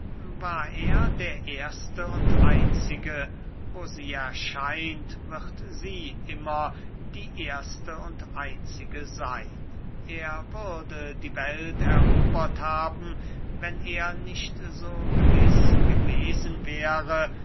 war er der erste und einzige wo sie erscheint wird sie immer die erste und einzige seyn er würde die welt erobert haben wenn er nicht so gewiß gewesen wäre